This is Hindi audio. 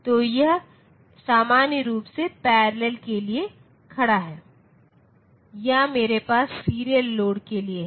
तो यह सामान्य रूप से पैरेलल के लिए खड़ा है या मेरे पास सीरियल लोड के लिए है